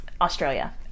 Australia